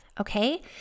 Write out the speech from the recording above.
okay